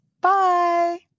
Bye